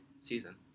season